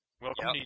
Welcome